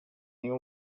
new